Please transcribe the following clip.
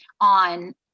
on